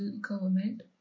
government